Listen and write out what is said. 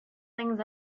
things